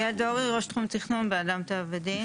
יעל דורי, ראש תחום תכנון באדם טבע ודין.